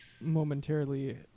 momentarily